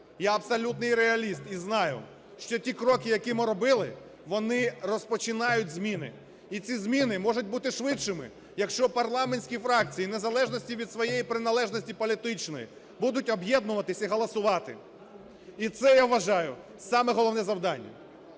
я абсолютний реаліст і знаю, що ті кроки, які ми робили, вони розпочинають зміни, і ці зміни можуть бути швидшими, якщо парламентські фракції, в незалежності від своєї приналежності політичної, будуть об'єднуватися і голосувати. І це, я вважаю, саме головне завдання.